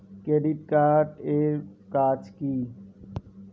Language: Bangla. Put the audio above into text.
ক্রেডিট কার্ড এর কাজ কি?